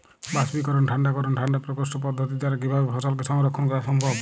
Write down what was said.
বাষ্পীকরন ঠান্ডা করণ ঠান্ডা প্রকোষ্ঠ পদ্ধতির দ্বারা কিভাবে ফসলকে সংরক্ষণ করা সম্ভব?